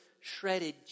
shredded